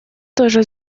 тоже